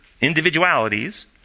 individualities